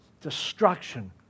destruction